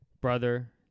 brother